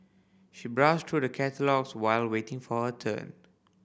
she browsed through the catalogues while waiting for her turn